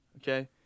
okay